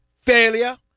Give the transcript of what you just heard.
failure